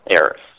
errors